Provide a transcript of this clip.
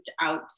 out